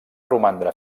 romandre